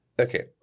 okay